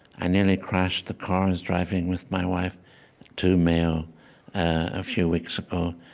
i nearly crashed the car i was driving with my wife to mayo a few weeks ago,